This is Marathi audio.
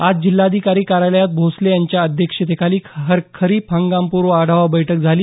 आज जिल्हाधिकारी कार्यालयात भोसले यांच्या अध्यक्षतेखाली खरीप हंगामपूर्व आढावा बैठक झाली